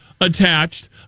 attached